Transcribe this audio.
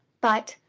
but,